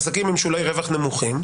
עסקים עם שולי רווח נמוכים,